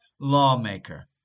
lawmaker